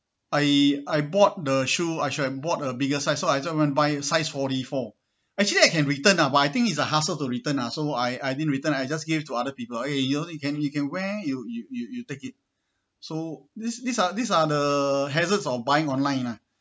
I I bought the shoe I should have bought a bigger size so I just went buy size forty four actually I can return lah but I just think is a hassle to return lah so I I didn't return I just give to other people eh you you can you can wear you you you you take it so these these are these are the hazards of buying online lah